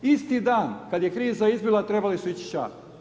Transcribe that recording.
Isti dan kada je kriza izbila trebali su ići ća.